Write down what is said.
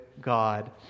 God